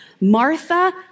Martha